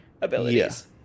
abilities